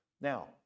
Now